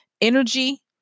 energy